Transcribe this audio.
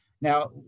Now